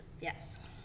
Yes